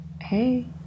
Hey